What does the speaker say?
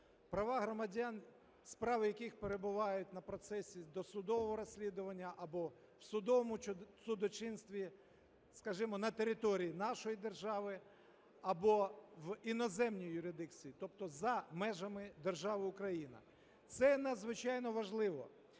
права громадян, справи яких перебувають в процесі досудового розслідування або в судовому судочинстві, скажімо, на території нашої держави або в іноземній юрисдикції, тобто за межами держави Україна. Це надзвичайно важливо.